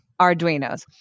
Arduinos